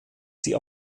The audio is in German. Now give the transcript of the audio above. sie